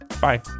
Bye